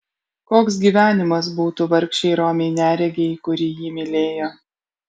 koks gyvenimas būtų vargšei romiai neregei kuri jį mylėjo